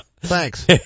Thanks